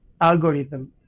algorithm